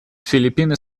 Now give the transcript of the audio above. филиппины